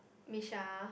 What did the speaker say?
Missha